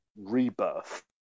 Rebirth